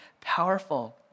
powerful